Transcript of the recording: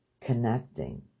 connecting